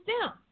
down